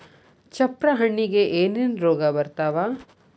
ಚಪ್ರ ಹಣ್ಣಿಗೆ ಏನೇನ್ ರೋಗ ಬರ್ತಾವ?